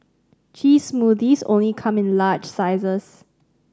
cheese smoothies only come in large sizes